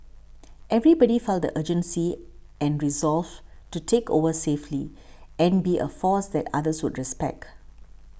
everybody felt the urgency and resolve to take over safely and be a force that others would respect